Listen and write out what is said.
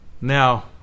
Now